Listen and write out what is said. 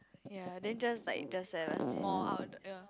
ya then just like just have a small outdoor ya